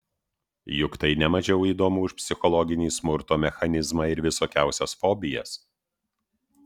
juk tai ne mažiau įdomu už psichologinį smurto mechanizmą ar visokiausias fobijas